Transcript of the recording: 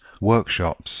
workshops